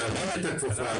תרים את הכפפה הזאת.